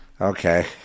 Okay